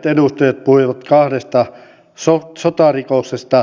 työllisyyden on taannut osa aikatyö